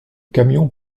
camion